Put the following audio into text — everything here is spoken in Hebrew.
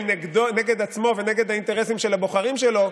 נגד עצמו ונגד האינטרסים של הבוחרים שלו,